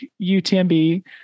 UTMB